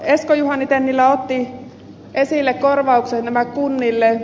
esko juhani tennilä otti esille korvaukset kunnille